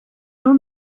nur